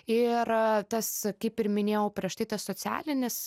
ir tas kaip ir minėjau prieš tai tas socialinis